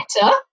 better